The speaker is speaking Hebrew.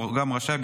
הוא גם רשאי,